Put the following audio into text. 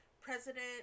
President